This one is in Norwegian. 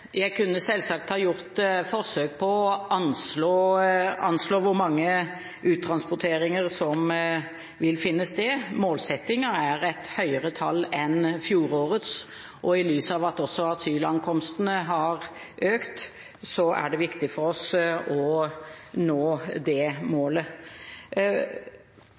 Jeg kunne selvsagt ha gjort et forsøk på å anslå hvor mange uttransporteringer som vil finne sted. Målsettingen er et høyere tall enn fjorårets, og i lys av at også antall asylankomster har økt, er det viktig for oss å nå det målet.